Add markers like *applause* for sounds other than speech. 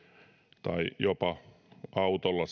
*unintelligible* *unintelligible* tai jopa autolla *unintelligible*